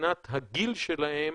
מבחינת הגיל שלהם